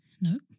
No